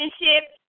relationship